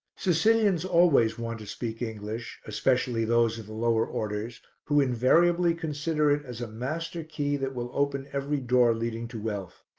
sicilians always want to speak english, especially those of the lower orders who invariably consider it as a master-key that will open every door leading to wealth.